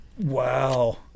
Wow